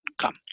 come